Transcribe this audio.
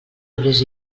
obrers